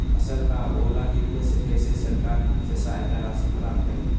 फसल का ओला गिरने से कैसे सरकार से सहायता राशि प्राप्त करें?